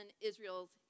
Israel's